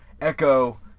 Echo